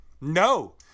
No